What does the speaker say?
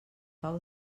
pau